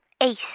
ace